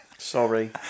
sorry